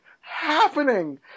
happening